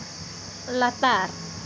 ᱞᱟᱛᱟᱨ